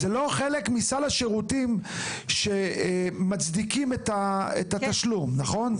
זה לא חלק מסל השירותים שמצדיקים את התשלום, נכון?